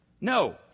No